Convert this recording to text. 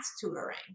tutoring